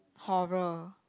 horror